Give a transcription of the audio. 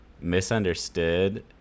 misunderstood